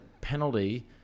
penalty